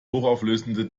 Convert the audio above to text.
hochauflösende